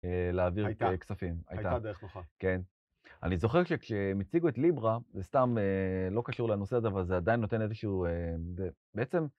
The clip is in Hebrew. להעביר את הכספים, הייתה. הייתה דרך נוחה. כן. אני זוכר שכשהם הציגו את ליברה, זה סתם לא קשור לנושא הזה, אבל זה עדיין נותן איזשהו בעצם...